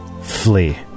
Flee